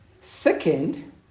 Second